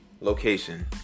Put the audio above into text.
location